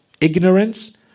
ignorance